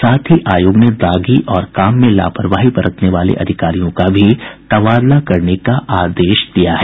साथ ही आयोग ने दागी और काम में लापरवाही बरतने वाले अधिकारियों का भी तबादला करने का आदेश दिया है